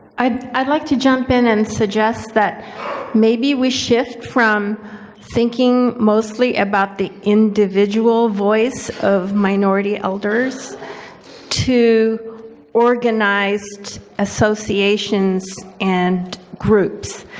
i'd i'd like to jump in and suggest that maybe we shift from thinking mostly about the individual voice of minority elders to organized associations and groups.